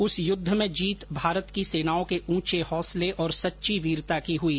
उस युद्ध में जीत भारत की सेनाओं के उंचे हौसले और सच्ची वीरता की हुई